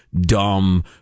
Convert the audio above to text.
dumb